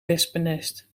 wespennest